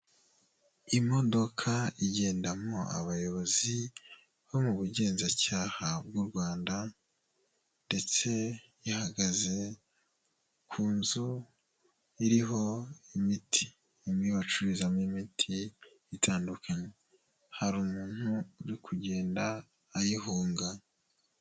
Imodoka igendamo abayobozi bo mu bugenzacyaha bw'u Rwanda, ndetse ihagaze ku nzu iriho imiti, imwe bacururizamo imiti itandukanye, hari umuntu uri kugenda ayihunga.